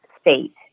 state